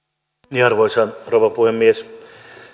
arvoisa rouva puhemies